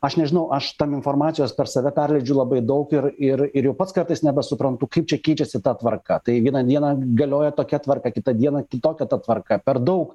aš nežinau aš tam informacijos per save perleidžiu labai daug ir ir ir jau pats kartais nebesuprantu kaip čia keičiasi ta tvarka tai vieną dieną galioja tokia tvarka kitą dieną kitokia ta tvarka per daug